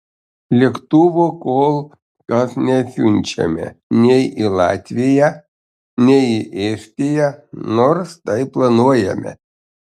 lėktuvo kol kas nesiunčiame nei į latviją nei į estiją nors tai planuojame